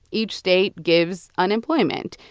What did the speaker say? each state gives unemployment.